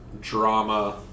drama